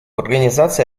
организации